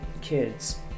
kids